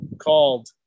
called